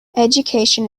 education